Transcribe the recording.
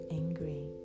angry